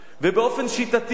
ובאופן שיטתי.